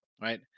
right